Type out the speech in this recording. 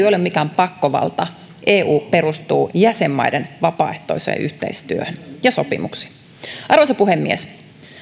ole mikään pakkovalta eu perustuu jäsenmaiden vapaaehtoiseen yhteistyöhön ja sopimuksiin arvoisa puhemies